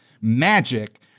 magic